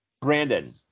Brandon